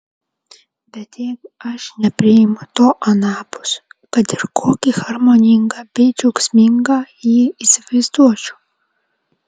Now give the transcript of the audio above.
bet jeigu aš nepriimu to anapus kad ir kokį harmoningą bei džiaugsmingą jį įsivaizduočiau